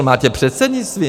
Máte předsednictví?